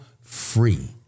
free